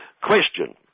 Question